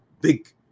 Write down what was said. big